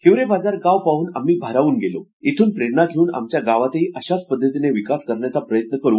हिवरेबाजार गाव पाहून आम्ही भारावून गेलो इथून प्रेरणा घेऊन आमच्या गावातही अशाच पद्धतीनं विकास करण्याचा प्रयत्न करू